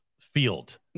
field